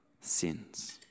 sins